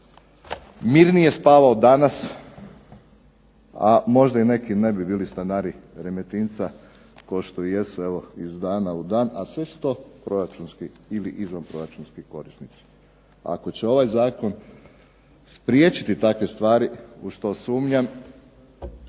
mirnije spavao danas, a možda neki ne bi bili stanari Remetinca kao što jesu iz dana u dan, a sve su to proračunski ili izvanproračunski korisnici. Ako će ovaj Zakon spriječiti takve stvari, u što sumnjam,